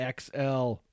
XL